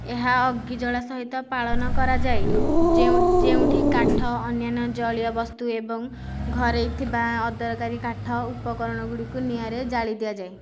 ଏହା ଅଗିଜଳା ସହିତ ପାଳନ କରାଯାଏ ଯେଉଁଠି କାଠ ଅନ୍ୟାନ୍ୟ ଜଳନୀୟ ବସ୍ତୁ ଏବଂ ଘରେଥିବା ଅଦରକାରୀ କାଠ ଉପକରଣଗୁଡ଼ିକୁ ନିଆଁରେ ଜାଳିଦିଆଯାଏ